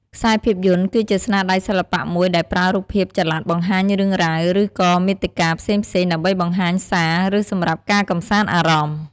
ខ្សែភាពយន្ត គឺជាស្នាដៃសិល្បៈមួយដែលប្រើរូបភាពចល័តបង្ហាញរឿងរ៉ាវ ឬក៏មាតិកាផ្សេងៗ ដើម្បីបង្ហាញសារ ឬ សម្រាប់ការកំសាន្តអារម្មណ៌។